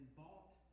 bought